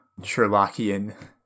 Sherlockian